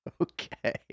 Okay